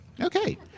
Okay